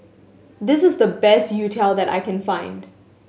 this is the best youtiao that I can find